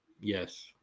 Yes